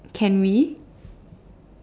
can we